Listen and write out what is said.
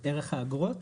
האגרות,